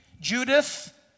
Judith